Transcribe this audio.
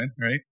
right